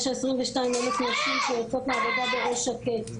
22,000 נשים שיוצאות לעבודה בראש שקט,